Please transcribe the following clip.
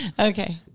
Okay